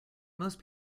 most